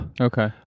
okay